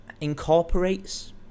incorporates